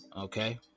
okay